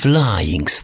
Flying